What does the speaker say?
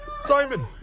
Simon